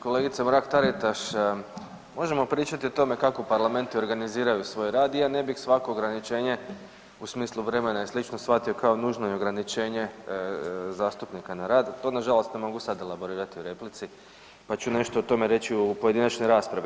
Kolegice Mrak Taritaš, možemo pričati o tome kako parlamenti organiziraju svoj rad i ja ne bih svako ograničenje u smislu vremena i slično shvatio kao nužno i ograničenje zastupnika na rad, to nažalost ne mogu sada elaborirati u replici pa ću nešto o tome reći u pojedinačnoj raspravi.